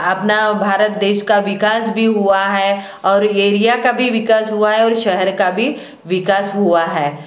अपना भारत देश का विकास भी हुआ है और एरिया का भी विकास हुआ है और शहर का भी विकास हुआ है